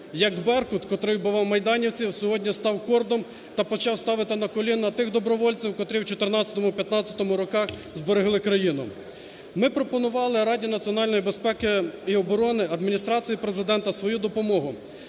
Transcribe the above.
як "Беркут", котрий вбивав майданівців, сьогодні став КОРДом та почав ставити на коліна тих добровольців, котрі в 2014-2015 роках зберегли країну? Ми пропонували Раді національної безпеки і оборони, Адміністрації Президента свою допомогу,